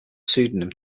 pseudonym